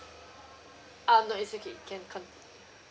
ah no it's okay can cont~